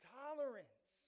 tolerance